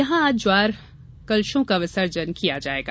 यहां आज ज्वारें कलशों का विसर्जन किया जायेगा